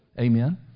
Amen